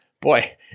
boy